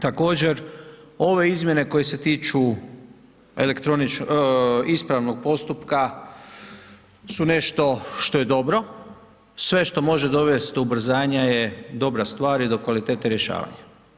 Također, ove izmjene koje se tiču ispravnog postupka su nešto što je dobro, sve što može dovest ubrzanje je dobra stvar i do kvalitete rješavanja.